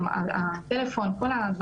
לא רק בבית, גם כשאני בחוץ,